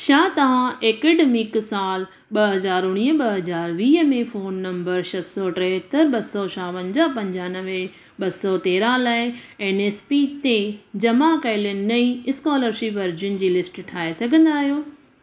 छा तव्हां अकडेमिक साल ॿ हज़ार उणिवीह ॿ हज़ार वीह में फोन नंबर छह सौ टेहतरि ॿ सौ छावंजाह पंजानवें ॿ सौ तेरहां लाइ एन एस पी ते जमा कयल नईं स्कोलरशिप अर्ज़ियुनि जी लिस्ट ठाहे सघंदा आहियो